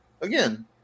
again